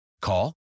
Call